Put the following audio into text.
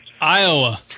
Iowa